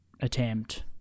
attempt